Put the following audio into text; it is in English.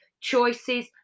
Choices